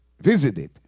visited